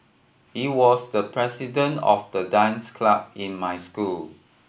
he was the president of the dance club in my school